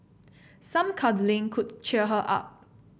some cuddling could cheer her up